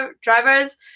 drivers